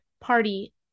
party